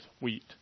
wheat